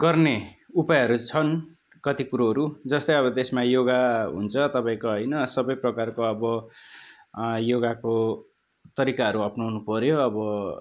गर्ने उपायहरू छन् कति कुरोहरू जस्तै अब त्यसमा योगा हुन्छ तपाईँको होइन सबै प्रकारको अब योगाको तरिकाहरू अपनाउनु पर्यो अब